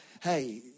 hey